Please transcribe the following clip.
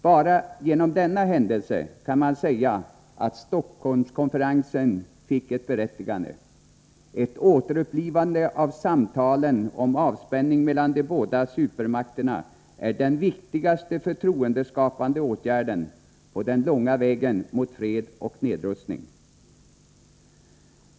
Bara genom denna händelse kan man säga att Stockholmskonferensen fick ett berättigande. Ett återupplivande av samtalen om avspänning mellan de båda supermakterna är den viktigaste förtroendeskapande åtgärden på den långa vägen mot fred och nedrustning.